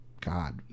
God